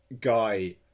guy